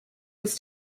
was